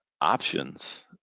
options